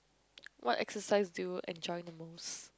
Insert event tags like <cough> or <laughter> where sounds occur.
<noise> what exercise do you enjoy the most